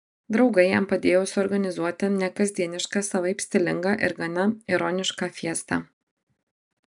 draugai jam padėjo suorganizuoti nekasdienišką savaip stilingą ir gana ironišką fiestą